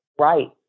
right